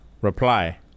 Reply